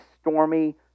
stormy